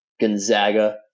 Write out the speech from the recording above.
Gonzaga